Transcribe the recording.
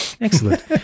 Excellent